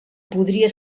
podria